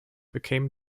became